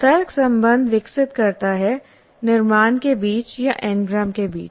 तर्कसंबंध विकसित करता है निर्माण के बीच या एनग्राम के बीच